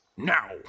Now